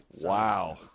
wow